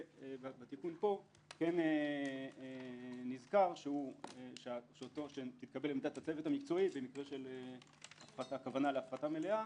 בתיקון פה כן נזכר שתתקבל עמדת הצוות המקצועי הכוונה להפחתה מלאה.